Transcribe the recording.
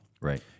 Right